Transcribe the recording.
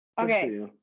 Okay